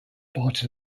part